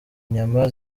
inyama